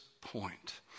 point